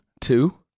Two